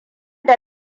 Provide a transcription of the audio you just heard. da